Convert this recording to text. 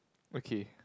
okay